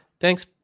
Thanks